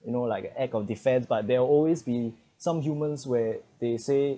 you know like a act of defence but there will always be some humans where they say